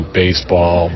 baseball